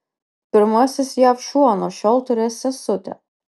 pirmasis jav šuo nuo šiol turės sesutę